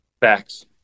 Facts